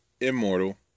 immortal